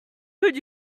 could